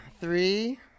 Three